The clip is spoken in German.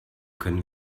können